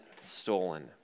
stolen